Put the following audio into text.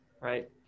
Right